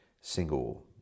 single